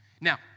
Now